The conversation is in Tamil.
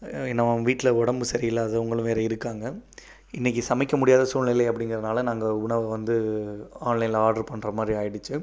எனோ வீட்டில் உடம்பு சரி இல்லாதவங்களும் வேறு இருக்காங்க இன்னைக்கு சமைக்க முடியாத சூழ்நிலை அப்படிங்கறதுனால நாங்கள் உணவை வந்து ஆன்லைனில் ஆர்டர் பண்ணுற மாதிரி ஆய்டுச்சு